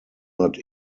not